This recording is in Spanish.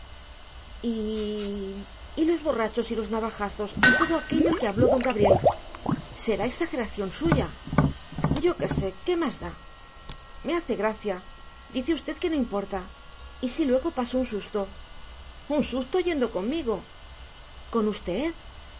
los borrachos y los navajazos y todo aquello de que habló don gabriel será exageración suya yo qué sé qué más da me hace gracia dice usted que no importa y si luego paso un susto un susto yendo conmigo con usted